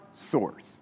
source